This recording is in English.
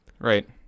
Right